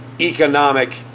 Economic